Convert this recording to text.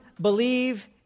believe